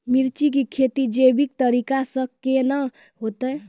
मिर्ची की खेती जैविक तरीका से के ना होते?